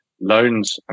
loans